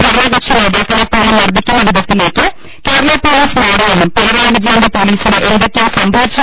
ഭരണ കക്ഷി നേതാക്കളെ പോലും മർദ്ദിക്കുന്ന വിധത്തിലേക്ക് കേരള പൊലീസ് മാറി യെന്നും പിണറായി വിജയന്റെ പൊലിസിന് എന്തൊക്കെയോ സംഭവിച്ചു